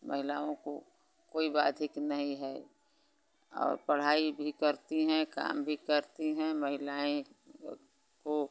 महिलाओं को कोई बाधिक नहीं है और पढ़ाई भी करती हैं काम भी करती हैं महिलाएँ को